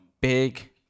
big